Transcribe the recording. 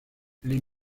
les